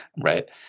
right